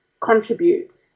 contribute